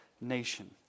nation